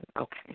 okay